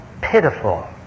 pitiful